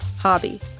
Hobby